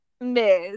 Miss